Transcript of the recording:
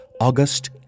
August